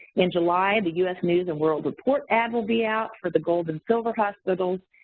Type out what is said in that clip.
in july, and the us news and world report ad will be out for the gold and silver hospitals,